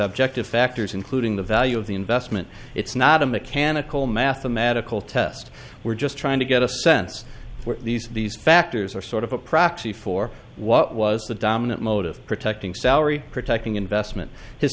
objective factors including the value of the investment it's not a mechanical mathematical test we're just trying to get a sense for these of these factors are sort of a proxy for what was the dominant mode of protecting salary protecting investment his